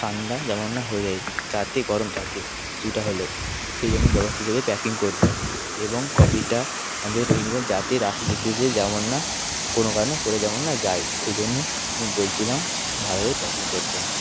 ঠাণ্ডা যেন না হয়ে যায় যাতে গরম থাকে কিছুটা হলেও সেই জন্য ব্যবস্থা হিসেবে প্যাকিং করবেন এবং কফিটা এমনভাবে প্যাকিং করবেন যাতে রাস্তায় যেতে যেতে যেন না কোনও কারণে পড়ে যেন না যায় সেই জন্য আমি বলছিলাম ভালোভাবে প্যাকিং করবেন